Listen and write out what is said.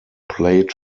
played